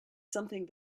something